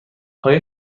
آیا